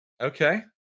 okay